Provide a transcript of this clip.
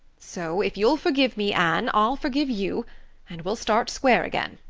so if you'll forgive me, anne, i'll forgive you and we'll start square again.